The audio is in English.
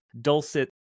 dulcet